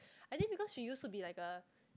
I think because she use to be like a